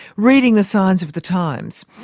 reading the signs of the times.